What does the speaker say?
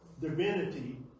divinity